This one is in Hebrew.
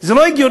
זה לא הגיוני